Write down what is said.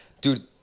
Dude